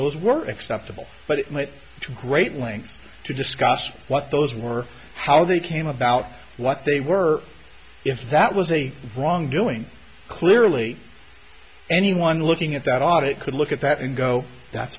those were acceptable but it may be to great lengths to discuss what those were how they came about what they were if that was a wrongdoing clearly anyone looking at that audit could look at that and go that's